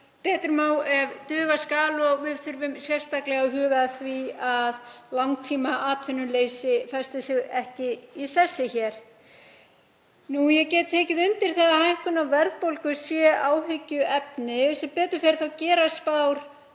betur má ef duga skal og við þurfum sérstaklega að huga að því að langtímaatvinnuleysi festi sig ekki í sessi hér. Ég get tekið undir það að hækkun á verðbólgu sé áhyggjuefni. Sem betur fer gera spár